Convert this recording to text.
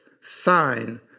sign